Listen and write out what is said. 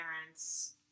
parents